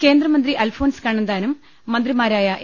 കേന്ദ്രമന്ത്രി അൽഫോൺസ് കണ്ണന്താനം മന്ത്രിമാരായ എ